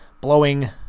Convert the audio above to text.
blowing